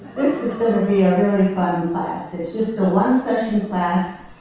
sort of yeah fun class. it's just a one session class.